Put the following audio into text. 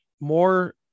more